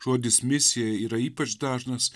žodis misija yra ypač dažnas